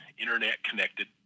internet-connected